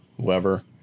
Whoever